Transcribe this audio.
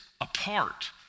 apart